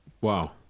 Wow